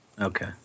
Okay